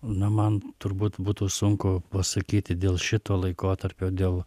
nu man turbūt būtų sunku pasakyti dėl šito laikotarpio dėl